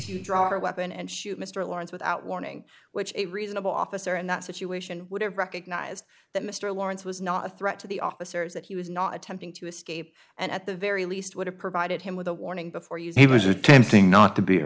to draw a weapon and shoot mr lawrence without warning which a reasonable officer in that situation would have recognized that mr lawrence was not a threat to the officers that he was not attempting to escape and at the very least would have provided him with a warning before use he was attempting not to be